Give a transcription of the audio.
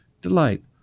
delight